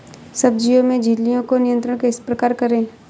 सब्जियों में इल्लियो का नियंत्रण किस प्रकार करें?